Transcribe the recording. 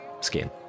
skin